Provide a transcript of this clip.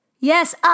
Yes